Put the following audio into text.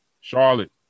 Charlotte